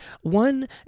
one